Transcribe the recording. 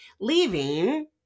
leaving